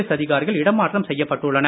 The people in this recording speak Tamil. எஸ் அதிகாரிகள் இடமாமற்றம் செய்யப்பட்டுள்ளனர்